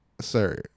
sir